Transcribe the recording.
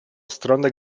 stronę